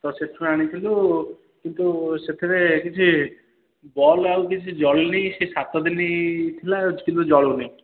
ତ ସେଇଠୁ ଅଣିଥିଲୁ କିନ୍ତୁ ସେଥିରେ କିଛି ବଲ୍ ଆଉ କିଛି ଜଳୁନି ସେହି ସାତଦିନ ଥିଲା କିନ୍ତୁ ଜଳୁନି